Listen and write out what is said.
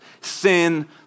Sin